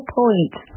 points